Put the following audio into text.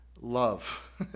love